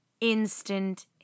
instant